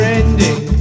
ending